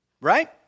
Right